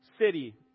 city